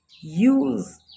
use